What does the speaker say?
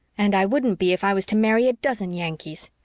and i wouldn't be if i was to marry a dozen yankees!